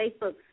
Facebook